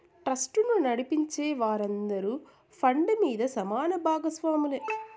ట్రస్టును నడిపించే వారందరూ ఫండ్ మీద సమాన బాగస్వాములే